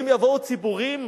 אם יבואו ציבורים,